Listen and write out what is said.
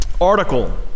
article